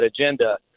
agenda